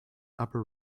upper